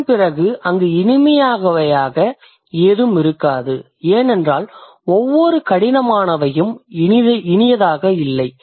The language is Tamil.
அதன்பிறகு அங்கு இனியவையாக ஏதும் இருக்காது ஏனென்றால் ஒவ்வொரு கடினமானவையும் இனியது இல்லை